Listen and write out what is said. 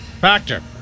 factor